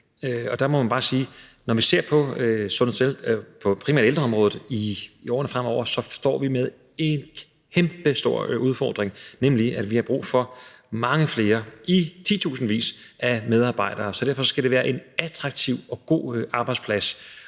og der må man bare sige, at når vi ser på primært ældreområdet i årene fremover, står vi med en kæmpestor udfordring, nemlig at vi har brug for mange flere, i titusindvis af medarbejdere, så derfor skal det være en attraktiv og god arbejdsplads